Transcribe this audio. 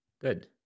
Good